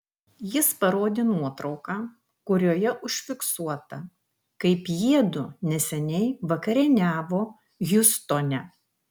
jis parodė nuotrauką kurioje užfiksuota kaip jiedu neseniai vakarieniavo hjustone